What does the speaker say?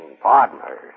partners